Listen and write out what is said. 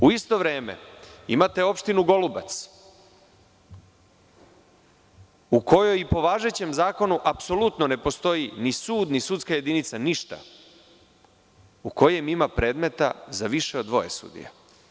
U isto vreme imate opštinu Golubac u kojoj i po važećem zakonu apsolutno ne postoji ni sud ni sudska jedinica, ništa, u kojem ima predmeta za više od dvoje sudija.